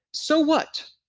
so what?